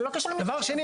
דבר שני,